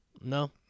No